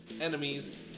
enemies